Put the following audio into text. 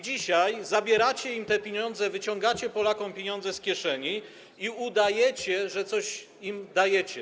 Dzisiaj zabieracie im te pieniądze, wyciągacie Polakom pieniądze z kieszeni i udajecie, że coś im dajecie.